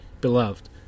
beloved